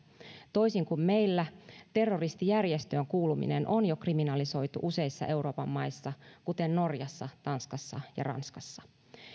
toisin kuin meillä terroristijärjestöön kuuluminen on jo kriminalisoitu useissa euroopan maissa kuten norjassa tanskassa ja ranskassa